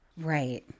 Right